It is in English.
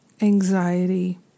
anxiety